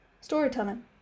storytelling